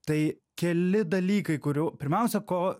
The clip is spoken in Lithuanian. tai keli dalykai kurių pirmiausia ko